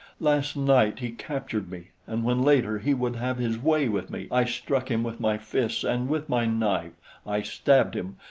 last night he captured me, and when later he would have his way with me, i struck him with my fists and with my knife i stabbed him,